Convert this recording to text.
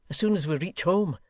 as soon as we reach home.